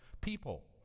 people